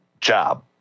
job